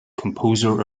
composer